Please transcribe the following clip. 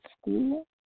school